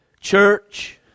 Church